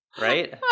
Right